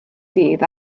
dydd